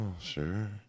sure